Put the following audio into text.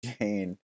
Jane